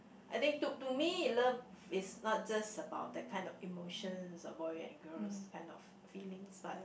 I think to to me in love is not just about that kind of emotions about the angers kind of feelings but